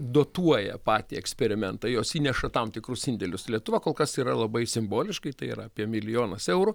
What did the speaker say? dotuoja patį eksperimentą jos įneša tam tikrus indėlius lietuva kol kas yra labai simboliškai tai yra apie milijonas eurų